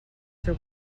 seu